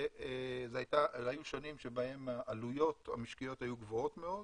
אלה היו שנים שבהן העלויות המשקיות היו גבוהות מאוד.